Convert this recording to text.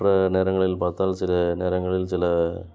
மற்ற நேரங்களில் பாத்தால் சில நேரங்களில் சில